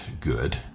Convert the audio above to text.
good